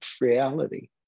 reality